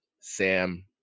Sam